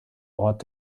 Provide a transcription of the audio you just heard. ort